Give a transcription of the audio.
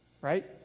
Right